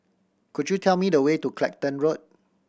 could you tell me the way to Clacton Road